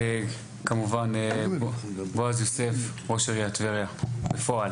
כמובן בועז יוסף ראש עיריית טבריה בפועל.